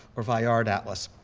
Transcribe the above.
or vay-yard, atlas,